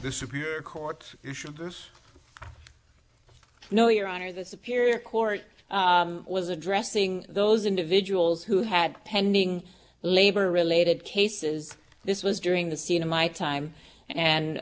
the supreme court no your honor the superior court was addressing those individuals who had pending labor related cases this was during the scene in my time